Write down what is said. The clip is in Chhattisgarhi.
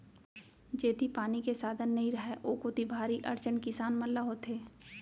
जेती पानी के साधन नइ रहय ओ कोती भारी अड़चन किसान मन ल होथे